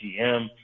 GM